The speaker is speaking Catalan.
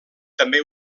també